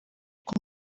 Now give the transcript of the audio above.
uko